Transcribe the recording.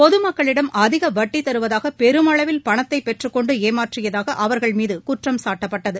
பொதுமக்களிடம் அதிக வட்டி த ருவதாக பெருமளவில் பணத்தை மீது பெற்றுக் கொண்டு ஏமா ற்றியதாக அவர்கள் குற்றம் சாட்டப்பட்டது